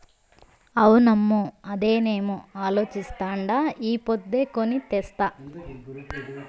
అవునమ్మో, అదేనేమో అలోచిస్తాండా ఈ పొద్దే కొని తెస్తా